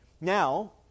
Now